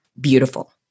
beautiful